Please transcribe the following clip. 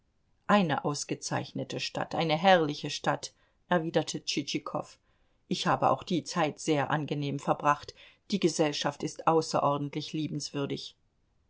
eine ausgezeichnete stadt eine herrliche stadt erwiderte tschitschikow ich habe auch die zeit sehr angenehm verbracht die gesellschaft ist außerordentlich liebenswürdig